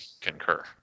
concur